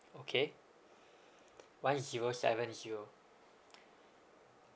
okay one zero seven zero